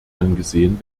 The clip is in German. angesehen